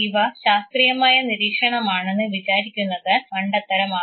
ഇവ ശാസ്ത്രീയമായ നിരീക്ഷണമാണെന്ന് വിചാരിക്കുന്നത് മണ്ടത്തരമാകും